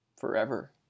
forever